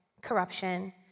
corruption